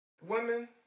women